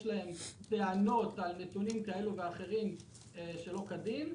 להם טענות על נתונים כאלה ואחרים שלא כדין.